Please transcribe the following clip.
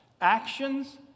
Actions